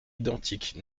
identiques